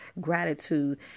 gratitude